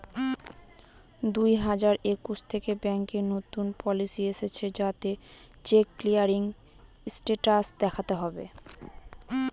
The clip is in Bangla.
দুই হাজার একুশ থেকে ব্যাঙ্কে নতুন পলিসি এসেছে যাতে চেক ক্লিয়ারিং স্টেটাস দেখাতে হবে